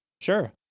Sure